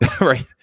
right